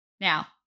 Now